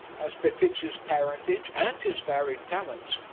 as befits his parentage and his varied talents,